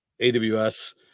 AWS